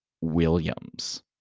Williams